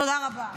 תודה רבה.